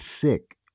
sick